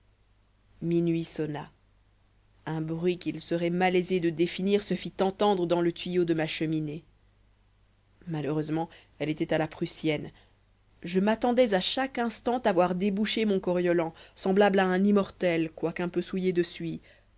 minuit sonna un bruit qu'il serait malaisé de définir se fit entendre dans le tuyau de ma cheminée malheureusement elle était à la prussienne je m'attendais à chaque instant à voir déboucher mon coriolan semblable à un immortel quoiqu'un peu souillé